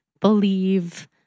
believe